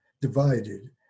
divided